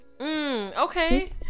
Okay